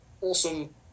awesome